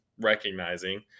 recognizing